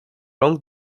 rąk